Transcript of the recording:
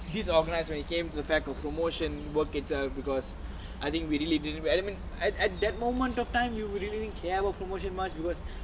disorganised when it came to the fair got promotion work itself because I think we really didn't relevant and at that moment of time you didn't even care what promotion much because